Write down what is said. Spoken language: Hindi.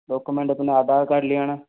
डोक्युमेंट अपना आधार कार्ड ले आना